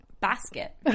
Basket